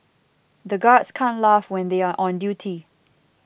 the guards can't laugh when they are on duty